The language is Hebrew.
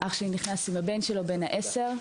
עם הבן שלו למים.